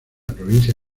provincia